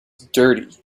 dirty